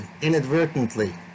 inadvertently